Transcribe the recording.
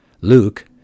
Luke